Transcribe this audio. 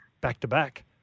back-to-back